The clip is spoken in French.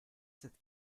cette